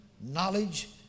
knowledge